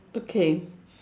okay